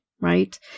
right